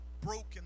broken